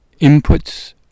inputs